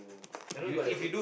I know got the e~